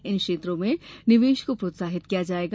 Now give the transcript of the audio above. इन क्षेत्रों में निवेश को प्रोत्साहित किया जाएगा